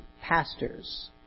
pastors